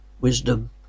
wisdom